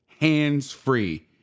hands-free